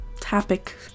topic